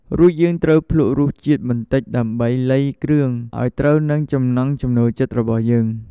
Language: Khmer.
រួចយើងត្រូវភ្លក់រសជាតិបន្តិចដើម្បីលៃគ្រឿងឲ្យត្រូវនឹងចំណង់ចំណូលចិត្តរបស់យើង។